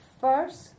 first